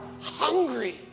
hungry